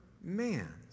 man